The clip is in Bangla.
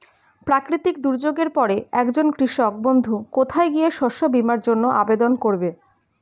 প্রাকৃতিক দুর্যোগের পরে একজন কৃষক বন্ধু কোথায় গিয়ে শস্য বীমার জন্য আবেদন করবে?